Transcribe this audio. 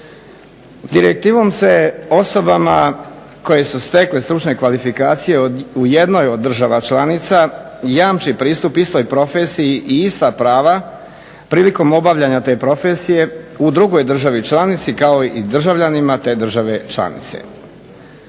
Direktivom se osobama koje su stekle stručne kvalifikacije u jednoj od država članica jamči pristup istoj profesiji i ista prava prilikom obavljanja te profesije u drugoj državi članici kao i državljanima te države članice.